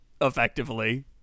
effectively